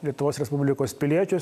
lietuvos respublikos piliečius